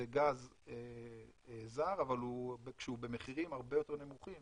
זה גז זר, אבל במחירים הרבה יותר נמוכים